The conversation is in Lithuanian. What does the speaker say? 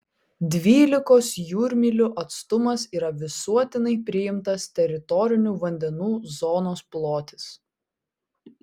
dvylikos jūrmylių atstumas yra visuotinai priimtas teritorinių vandenų zonos plotis